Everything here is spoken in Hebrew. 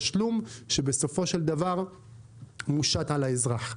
תשלום שבסופו של דבר מושת על האזרח.